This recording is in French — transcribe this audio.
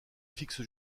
fixe